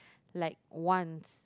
like once